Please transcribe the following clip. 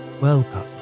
Welcome